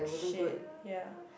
shag ya